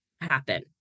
happen